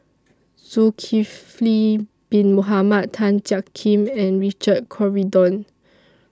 Zulkifli Bin Mohamed Tan Jiak Kim and Richard Corridon